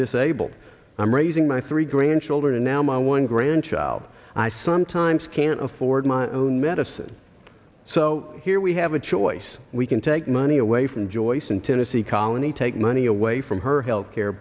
disabled i'm raising my three grandchildren and now my one grandchild i sometimes can't afford my own medicine so here we have a choice we can take money away from joyce in tennessee colony to money away from her health care